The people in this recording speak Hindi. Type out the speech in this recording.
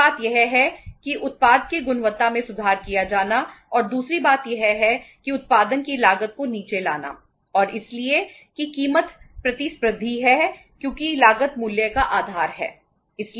एक बात यह है कि उत्पाद की गुणवत्ता में सुधार किया जाना और दूसरी बात यह है कि उत्पादन की लागत को नीचे लाना और इसलिए कि कीमत प्रतिस्पर्धी है क्योंकि लागत मूल्य का आधार है